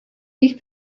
ich